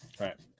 right